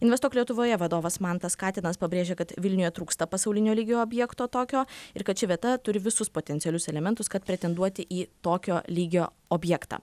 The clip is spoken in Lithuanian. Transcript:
investuok lietuvoje vadovas mantas katinas pabrėžia kad vilniuje trūksta pasaulinio lygio objekto tokio ir kad ši vieta turi visus potencialius elementus kad pretenduoti į tokio lygio objektą